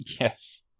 Yes